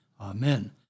Amen